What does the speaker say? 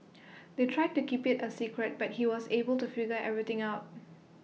they tried to keep IT A secret but he was able to figure everything out